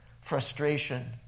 frustration